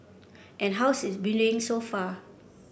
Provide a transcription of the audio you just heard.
and how's it been doing so far